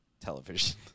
television